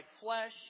flesh